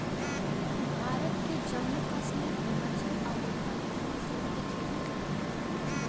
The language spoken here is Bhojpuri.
भारत के जम्मू कश्मीर, हिमाचल आउर उत्तराखंड में सेब के खेती करल जाला